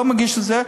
לא מגיש את זה,